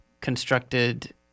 constructed